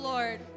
Lord